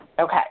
Okay